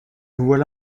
voilà